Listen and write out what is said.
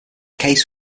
case